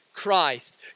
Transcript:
Christ